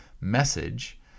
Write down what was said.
message